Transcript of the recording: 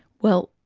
well,